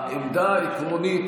העמדה העקרונית,